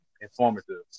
informative